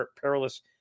perilous